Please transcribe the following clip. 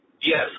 Yes